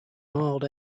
mild